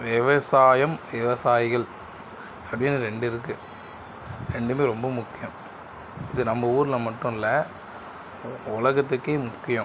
விவசாயம் விவசாயிகள் அப்படின்னு ரெண்டு இருக்கும் ரெண்டுமே ரொம்ப முக்கியம் இது நம்ம ஊரில் மட்டும் இல்லை உலகத்துக்கே முக்கியம்